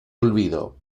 olvido